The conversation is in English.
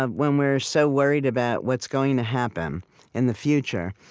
ah when we're so worried about what's going to happen in the future,